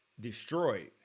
destroyed